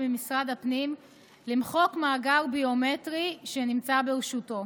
ממשרד הפנים למחוק מאגר ביומטרי שנמצא ברשותו.